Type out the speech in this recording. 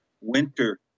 winter